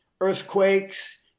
earthquakes